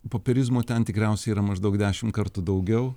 popierizmo ten tikriausiai yra maždaug dešim kartų daugiau